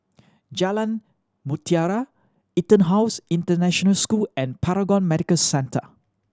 Jalan Mutiara EtonHouse International School and Paragon Medical Centre